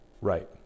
right